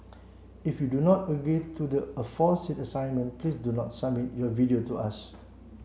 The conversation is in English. if you do not agree to the aforesaid assignment please do not submit your video to us